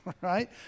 right